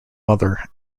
mother